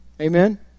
Amen